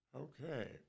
Okay